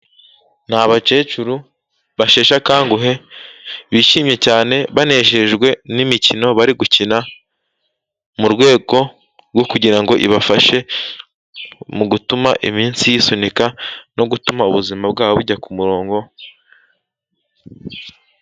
N'abakecuru basheshe akanguhe, bishimye cyane banejejwe n'imikino bari gukina, mu rwego rwo kugira ngo ibafashe, mu gutuma iminsi y'isunika no gutuma ubuzima bwabo bujya ku murongo.